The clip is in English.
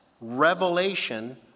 revelation